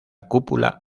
cúpula